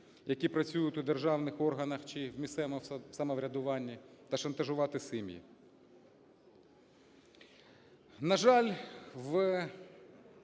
які працюють у державних органах чи в місцевому самоврядуванні та шантажувати сім'ї. На жаль, в